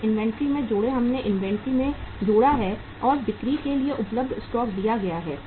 फिर इन्वेंट्री में जोड़ें हमने इन्वेंट्री में जोड़ा है और बिक्री के लिए उपलब्ध स्टॉक दिया गया है